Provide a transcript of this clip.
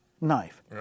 knife